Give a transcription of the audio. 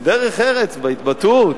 דרך ארץ בהתבטאות.